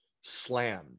slammed